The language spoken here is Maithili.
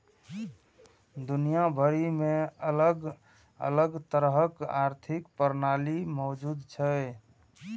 दुनिया भरि मे अलग अलग तरहक आर्थिक प्रणाली मौजूद छै